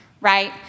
Right